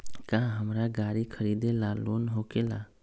का हमरा गारी खरीदेला लोन होकेला?